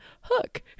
hook